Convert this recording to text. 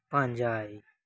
ᱯᱟᱸᱡᱟᱭ